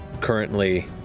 currently